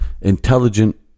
intelligent